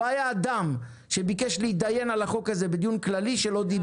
לא היה אדם שביקש להתדיין על הצעת החוק הזאת בדיון כללי ולא דיבר.